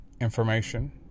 information